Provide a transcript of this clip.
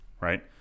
right